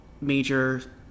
major